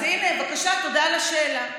אז הינה, בבקשה, תודה על השאלה.